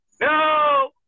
no